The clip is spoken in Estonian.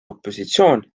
opositsioon